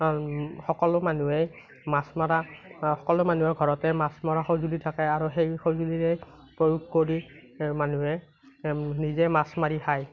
সকলো মানুহেই মাছ মৰা সকলো মানুহৰ ঘৰতে মাছ মৰা সঁজুলি থাকে আৰু সেই সঁজুলিৰে প্ৰয়োগ কৰি মানুহে নিজে মাছ মাৰি খায়